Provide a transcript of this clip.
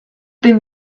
been